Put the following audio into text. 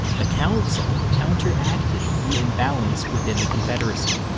the council counteracted the imbalance within the confederacy.